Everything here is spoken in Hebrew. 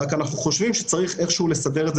רק אנחנו חושבים שצריך איכשהו לסדר את זה